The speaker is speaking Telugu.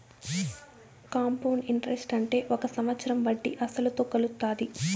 కాంపౌండ్ ఇంటరెస్ట్ అంటే ఒక సంవత్సరం వడ్డీ అసలుతో కలుత్తాది